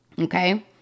Okay